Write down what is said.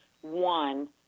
one